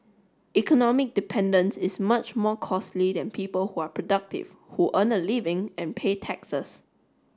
economic dependence is much more costly than people who are productive who earn a living and pay taxes